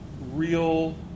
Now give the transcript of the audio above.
real